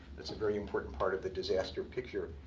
that's a very important part of the disaster picture,